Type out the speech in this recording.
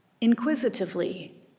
inquisitively